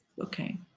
Okay